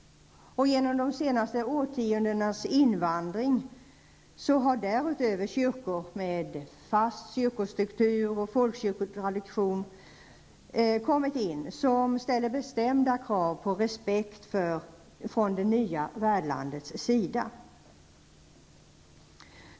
Och genom de senaste årtiondenas invandring har därutöver kyrkor med fast kyrkostruktur och folkkyrkotradition tillkommit, vilka ställer bestämda krav på respekt från det nya värdlandets sida.